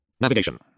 Navigation